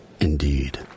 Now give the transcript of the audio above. Indeed